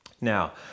Now